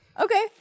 Okay